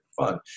fun